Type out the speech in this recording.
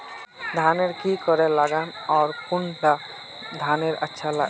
धानेर की करे लगाम ओर कौन कुंडा धानेर अच्छा गे?